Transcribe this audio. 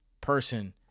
person